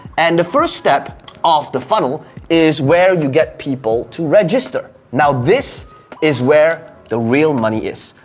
and the first step of the funnel is where you get people to register. now this is where the real money is.